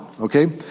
Okay